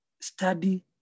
Study